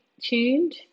tuned